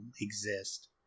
exist